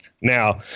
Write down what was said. Now